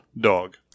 dog